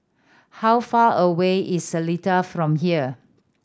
how far away is Seletar from here